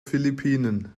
philippinen